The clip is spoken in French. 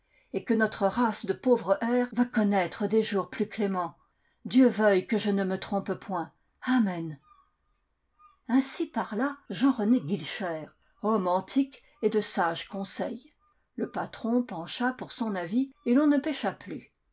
et que notre race de pauvres hères va connaître des jours plus cléments dieu veuille que je ne me trompe point amen ainsi parla jean rené guilcher homme antique et de sage conseil le patron pencha pour son avis et l'on ne pécha plus